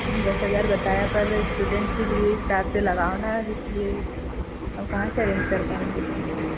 दस हजार बताया पर स्टूडेंट के लिए हिसाब से लगाओ न अब इसलिए अब कहाँ से एरेंज कर पाएंगे इतना पैसा